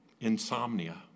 insomnia